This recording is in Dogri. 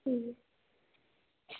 ठीक